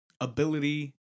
ability